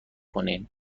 کنین